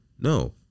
no